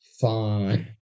fine